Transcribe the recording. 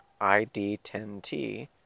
ID10T